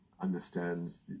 understands